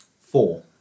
Four